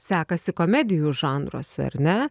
sekasi komedijų žanruose ar ne